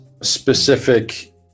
specific